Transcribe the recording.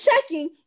checking